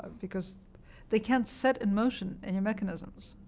um because they can't set in motion any mechanisms,